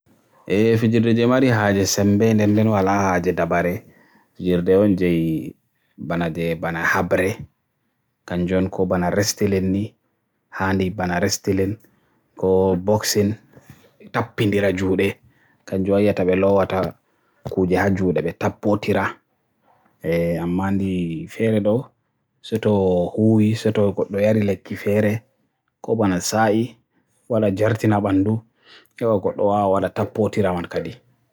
Ko handi baɗi kammuɗo e lekki moƴƴi, miɗo waawi waɗa nde handi sey wrestliŋ walla boxi, ɗe ɓe naatnata horɗo e moƴƴere. Amma handi sey golof walla dart, ɓe njiɗata moƴƴere daada; ɓe woodani ngoodi kammuɗo, amma ɓe njiɗata lekki sa’i.